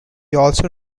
also